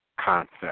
concept